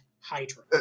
Hydra